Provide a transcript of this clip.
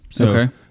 Okay